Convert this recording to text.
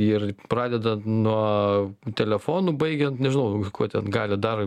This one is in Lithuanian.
ir pradedant nuo telefonų baigiant nežinau kuo ten gali dar